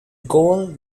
goal